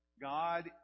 God